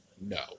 No